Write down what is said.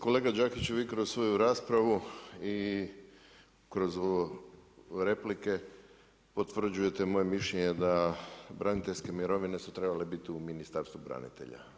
Kolega Đakiću, vi kroz svoju raspravu i kroz replike, potvrđujete moje mišljenje da braniteljske mirovine su trebale biti u Ministarstvu branitelja.